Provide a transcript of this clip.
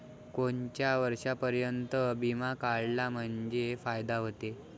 कोनच्या वर्षापर्यंत बिमा काढला म्हंजे फायदा व्हते?